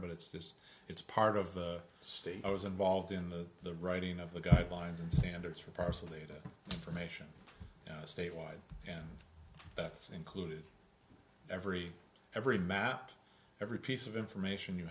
but it's just it's part of the state i was involved in the the writing of the guidelines and standards for parcel data information statewide and that's included every every map every piece of information you